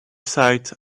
sight